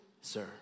sir